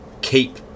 keep